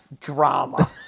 drama